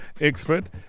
expert